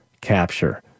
capture